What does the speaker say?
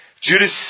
Judas